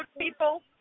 people